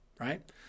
right